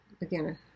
Again